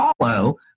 follow